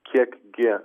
kiek gi